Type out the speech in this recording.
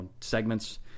segments